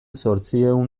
zortziehun